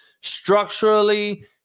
structurally